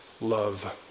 love